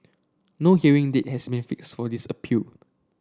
no hearing date has may fixed for this appeal